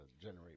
generate